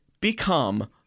become